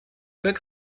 как